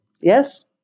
Yes